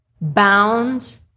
bound